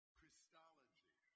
Christology